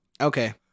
Okay